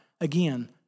Again